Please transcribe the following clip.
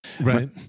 right